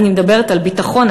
אני מדברת על ביטחון,